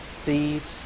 Thieves